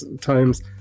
times